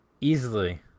easily